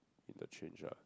interchange ah